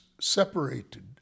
separated